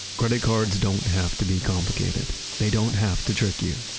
credit cards don't have to be complicated. they don't have to trick you,